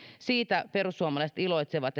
siitä perussuomalaiset iloitsevat